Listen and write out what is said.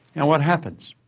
and what happens?